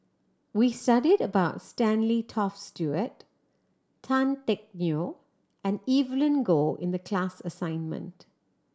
we studied about Stanley Toft Stewart Tan Teck Neo and Evelyn Goh in the class assignment